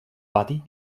pati